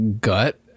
gut